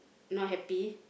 not happy